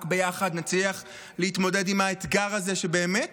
רק ביחד נצליח להתמודד עם האתגר הזה, שבאמת